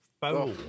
foul